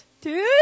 Dude